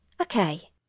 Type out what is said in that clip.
okay